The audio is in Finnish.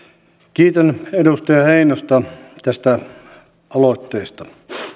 kiitän edustaja heinosta tästä aloitteesta